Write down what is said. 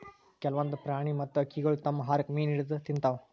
ಕೆಲ್ವನ್ದ್ ಪ್ರಾಣಿ ಮತ್ತ್ ಹಕ್ಕಿಗೊಳ್ ತಮ್ಮ್ ಆಹಾರಕ್ಕ್ ಮೀನ್ ಹಿಡದ್ದ್ ತಿಂತಾವ್